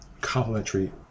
complementary